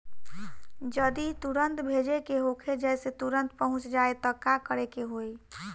जदि तुरन्त भेजे के होखे जैसे तुरंत पहुँच जाए त का करे के होई?